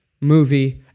movie